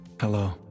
Hello